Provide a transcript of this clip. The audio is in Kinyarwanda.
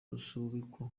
rusubikwa